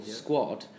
squad